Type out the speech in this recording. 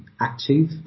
active